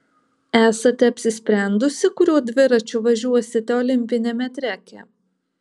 esate apsisprendusi kuriuo dviračiu važiuosite olimpiniame treke